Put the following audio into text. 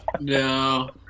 No